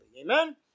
Amen